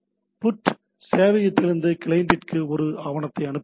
put சேவையகத்திலிருந்து கிளையண்டிற்கு ஒரு ஆவணத்தை அனுப்புகிறது